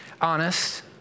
Honest